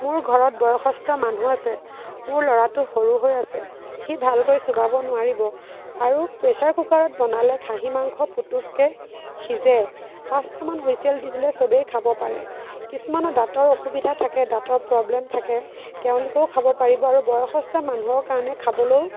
মোৰ ঘৰত বয়সস্থ মানুহ আছে মোৰ ল'ৰাটো সৰু হৈ আছে সি ভালকৈ চুবাব নোৱাৰিব আৰু প্ৰেছাৰ কুকাৰত বনালে খাহী মাংস পুতুককৈ সিজে পাঁচটামান হুইছেল দি দিলেই সবে খাব পাৰে কিছুমানৰ দাঁতৰ অসুবিধা থাকে দাঁতৰ প্ৰব্লেম থাকে তেওঁলোকেও খাব পাৰিব আৰু বয়সস্থ মানুহৰ কাৰণে খাবলৈও